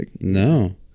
No